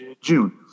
June